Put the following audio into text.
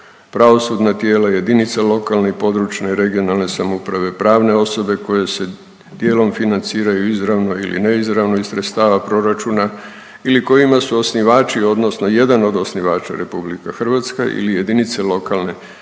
pravosudna tijela, jedinice lokalne i područne (regionalne) samouprave, pravne osobe koje se dijelom financiraju izravno ili neizravno iz sredstava proračuna ili kojima su osnivači odnosno jedan od osnivača RH ili jedinice lokalne